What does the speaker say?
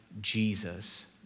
Jesus